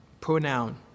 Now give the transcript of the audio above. pronoun